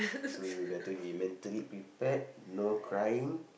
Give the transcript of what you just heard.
so you better be mentally prepared no crying